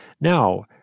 Now